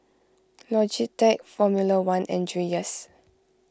Logitech formula one and Dreyers